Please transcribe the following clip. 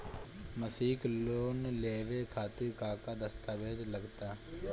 मसीक लोन लेवे खातिर का का दास्तावेज लग ता?